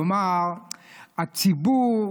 כלומר הציבור,